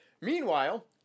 Meanwhile